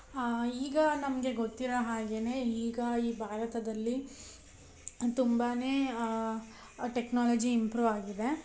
ಈಗ ನಮಗೆ ಗೊತ್ತಿರೊ ಹಾಗೆಯೇ ಈಗ ಈ ಭಾರತದಲ್ಲಿ ತುಂಬಾ ಟೆಕ್ನಾಲಜಿ ಇಂಪ್ರೂವ್ ಆಗಿದೆ